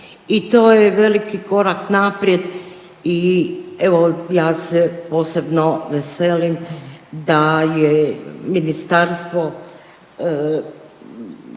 I to je veliki korak naprijed i evo ja se posebno veselim da je ministarstvo